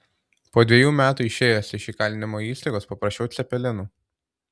po dvejų metų išėjęs iš įkalinimo įstaigos paprašiau cepelinų